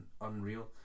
unreal